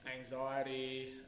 anxiety